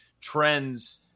trends